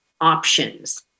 options